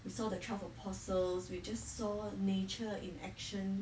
we saw the twelve apostles we just saw nature in action